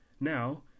now